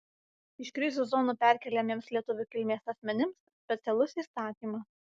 iš krizių zonų perkeliamiems lietuvių kilmės asmenims specialus įstatymas